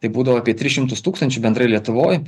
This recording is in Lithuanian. tai būdavo apie tris šimtus tūkstančių bendrai lietuvoj